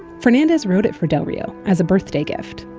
fernandez wrote it for del rio as a birthday gift.